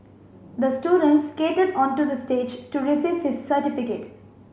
the student skated onto the stage to receive his certificate